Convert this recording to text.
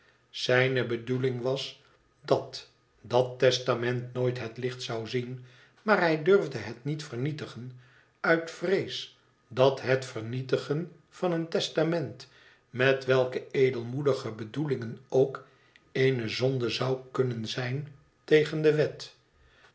zijne bedoeling was dat dat testament nooit het licht zou zien maar hij durfde het niet vernietigen uit vrees dat het vernietigen van een testament met welke edelmoedige bedoelingen ook eene zonde zou kunnen zijn tegen de wet